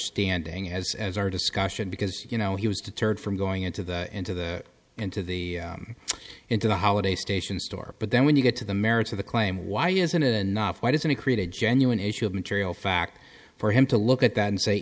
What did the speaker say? standing as as our discussion because you know he was deterred from going into the into the into the into the holiday station store but then when you get to the merits of the claim why isn't it enough why doesn't it create a genuine issue of material fact for him to look at that and say